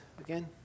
again